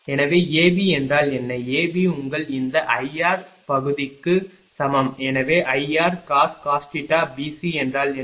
எனவே AB என்றால் என்ன AB உங்கள் இந்த Ir பகுதிக்கு சமம் எனவே Ircos BC என்றால் என்ன